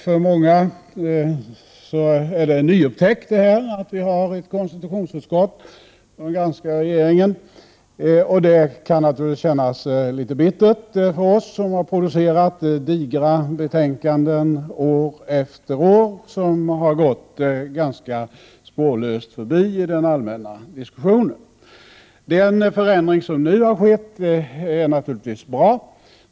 För många är det en ny upptäckt att vi har ett konstitutionsutskott som granskar regeringen, och det kan naturligtvis kännas litet bittert för oss som år efter år har producerat digra betänkanden, som har gått ganska spårlöst förbi i den allmänna diskussionen. Den förändring som nu har skett är naturligtvis bra.